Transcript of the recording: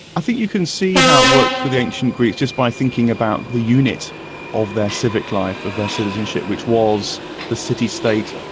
i think you can see how it worked for the ancient greeks, just by thinking about the units of their civic life, of their citizenship, which was the city-state,